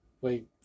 Wait